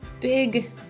big